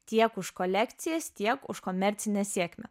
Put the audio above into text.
tiek už kolekcijas tiek už komercinę sėkmę